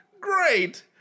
Great